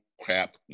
crap